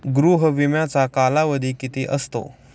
गृह विम्याचा कालावधी किती असतो?